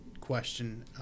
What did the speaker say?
question